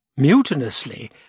Mutinously